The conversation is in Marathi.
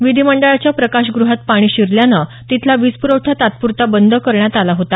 विधी मंडळाच्या प्रकाश गृहात पाणी शिरल्यानं तिथला वीजप्रवठा तात्प्रता बंद करण्यात आला होता